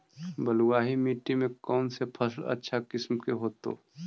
बलुआही मिट्टी में कौन से फसल अच्छा किस्म के होतै?